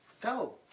Go